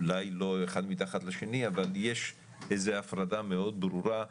אולי לא אחד מתחת לשני אבל יש איזה הפרדה מאוד ברורה,